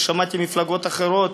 ושמעתי מפלגות אחרות: